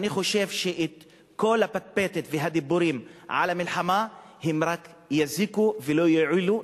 אני חושב שכל הפטפטת והדיבורים על המלחמה רק יזיקו ולא יועילו,